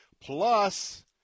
Plus